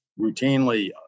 routinely